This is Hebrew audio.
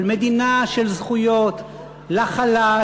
אבל מדינה של זכויות לחלש,